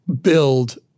build